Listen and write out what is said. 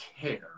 care